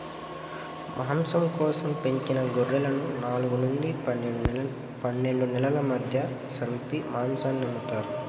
మాంసం కోసం పెంచిన గొర్రెలను నాలుగు నుండి పన్నెండు నెలల మధ్య సంపి మాంసాన్ని అమ్ముతారు